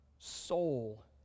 soul